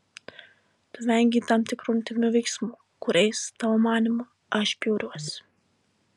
tu vengei tam tikrų intymių veiksmų kuriais tavo manymu aš bjauriuosi